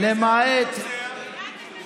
תגיד לי, אתה עושה צחוק?